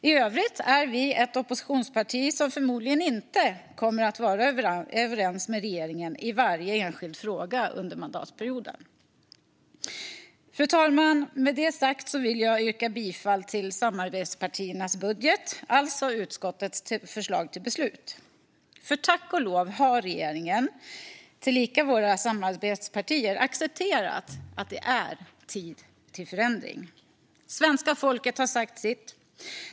I övrigt är vi ett oppositionsparti som förmodligen inte kommer att vara överens med regeringen i varje enskild fråga under mandatperioden. Fru talman! Med det sagt vill jag yrka bifall till samarbetspartiernas budget, alltså utskottets förslag till beslut. För tack och lov har regeringen, tillika våra samarbetspartier, accepterat att det är tid för förändring. Svenska folket har sagt sitt.